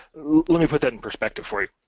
let me put that in perspective for you.